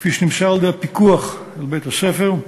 כפי שנמסר על-ידי הפיקוח על בית-הספר,